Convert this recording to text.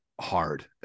hard